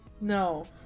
No